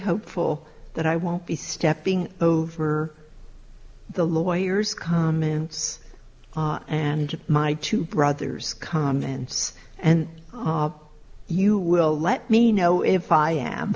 hopeful that i won't be stepping over the lawyers comments and my two brothers comments and you will let me know if i am